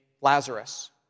Lazarus